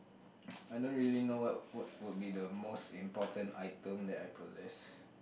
I don't really know what what would be the most important item that I possess